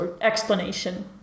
explanation